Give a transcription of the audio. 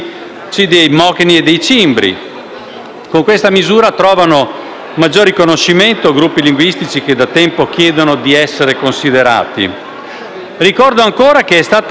Con questa misura trovano maggiore riconoscimento gruppi linguistici che da tempo chiedono di essere considerati. Ricordo ancora che è stata espunta la previsione di una